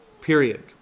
period